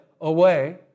away